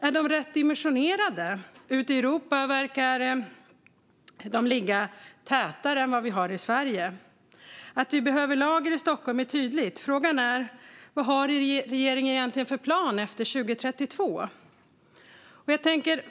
Är de rätt dimensionerade? Ute i Europa verkar de ligga tätare än vad de gör i Sverige. Att vi behöver lager i Stockholm är tydligt. Frågan är vad regeringen egentligen har för plan efter 2032.